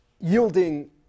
yielding